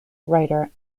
writer